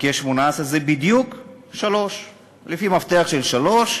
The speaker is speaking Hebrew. חלקי 18 זה בדיוק 3. לפי מפתח של 3,